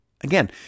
Again